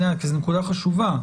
זו נקודה חשובה.